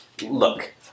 look